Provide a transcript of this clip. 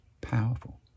powerful